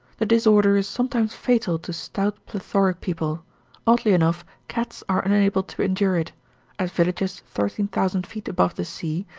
the disorder is sometimes fatal to stout plethoric people oddly enough, cats are unable to endure it at villages thirteen thousand feet above the sea,